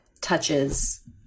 touches